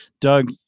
Doug